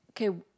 Okay